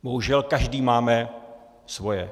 Bohužel každý máme svoje.